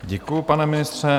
Děkuji, pane ministře.